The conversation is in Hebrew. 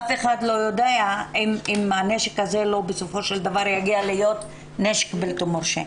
אף אחד לא יודע אם הנשק הזה בסופו של דבר לא יגיע להיות נשק בלתי-מורשה.